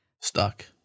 Stuck